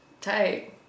tight